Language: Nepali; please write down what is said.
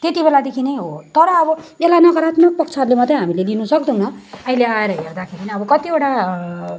त्यत्तिबेलादेखि नै हो तर अब यसलाई नकारात्मक पक्षहरूले मात्रै हामीले लिनु सक्दैनौँ अहिले आएर हेर्दाखेरिन अब कत्तिवटा